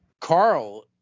Carl